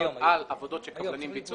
חשבוניות על עבודות שקבלנים ביצעו